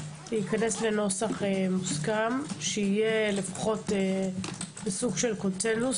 להתכנס לנוסח מוסכם שיהיה לפחות בסוג של קונצנזוס.